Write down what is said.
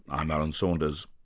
i'm alan saunders.